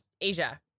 asia